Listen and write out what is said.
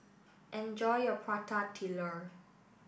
enjoy your Prata Telur